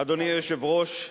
אדוני היושב-ראש,